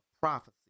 prophecy